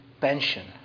pension